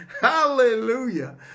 Hallelujah